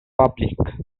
public